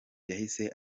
yahise